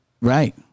Right